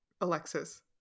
Alexis